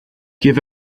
give